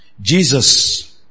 Jesus